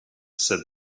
said